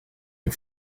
een